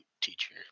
teacher